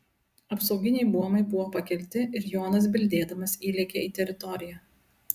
apsauginiai buomai buvo pakelti ir jonas bildėdamas įlėkė į teritoriją